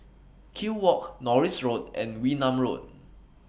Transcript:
Kew Walk Norris Road and Wee Nam Road